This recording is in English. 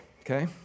okay